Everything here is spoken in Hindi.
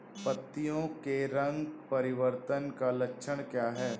पत्तियों के रंग परिवर्तन का लक्षण क्या है?